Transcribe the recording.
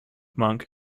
monk